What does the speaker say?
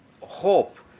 hope